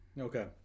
Okay